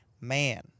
man